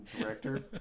director